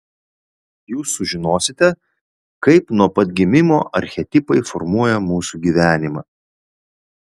jūs sužinosite kaip nuo pat gimimo archetipai formuoja mūsų gyvenimą